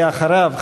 ואחריו,